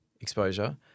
exposure